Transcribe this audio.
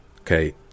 okay